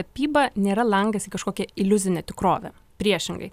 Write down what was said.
tapyba nėra langas į kažkokią iliuzinę tikrovę priešingai